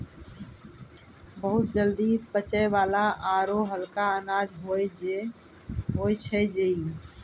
बहुत जल्दी पचै वाला आरो हल्का अनाज होय छै जई